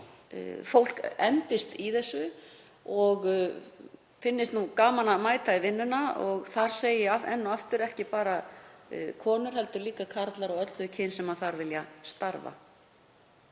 þannig að fólk endist í því og finnist gaman að mæta í vinnuna og þar segi ég enn og aftur; ekki bara konur heldur líka karlar og öll þau kyn sem þar vilja starfa.